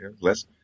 Less